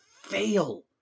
fail